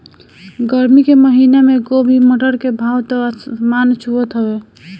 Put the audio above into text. गरमी के महिना में गोभी, मटर के भाव त आसमान छुअत हवे